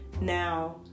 Now